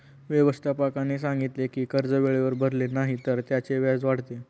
व्यवस्थापकाने सांगितले की कर्ज वेळेवर भरले नाही तर त्याचे व्याज वाढते